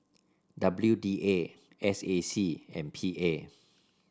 W D A S A C and P A